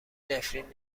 نفرین